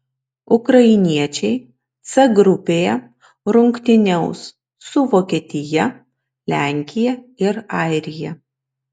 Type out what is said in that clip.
ukrainiečiai c grupėje rungtyniaus su vokietija lenkija ir airija